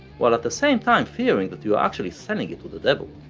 while at the same time fearing that you are actually selling it to the devil.